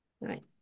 Right